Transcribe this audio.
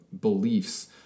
beliefs